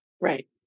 Right